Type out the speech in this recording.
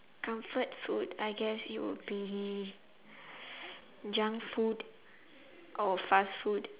comfort food I guess it would be junk food or fast food